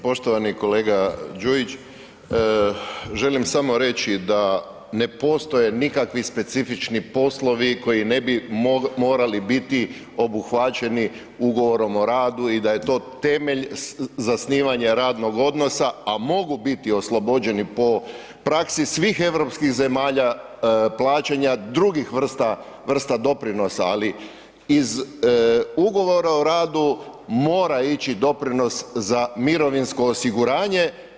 Poštovani kolega Đujić, želimo samo reći da ne postoje nikakvi specifični poslovi koji ne bi morali biti obuhvaćeni ugovorom o radu i da je to temelj zasnivanja radnog odnosa a mogu biti oslobođeni po praksi svih europskih zemalja plaćanja drugih vrste doprinosa, ali iz ugovora o radu mora ići doprinos za mirovinsko osiguranje.